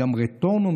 רטורנו,